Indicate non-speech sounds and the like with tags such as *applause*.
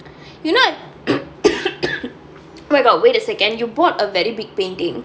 you know *coughs* oh my god wait a second you bought a very big painting